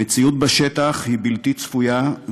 המציאות בשטח היא בלתי צפויה,